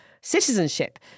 citizenship